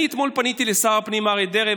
אני אתמול פניתי לשר הפנים אריה דרעי,